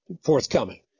forthcoming